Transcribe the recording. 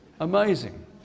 Amazing